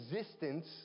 existence